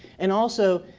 and also,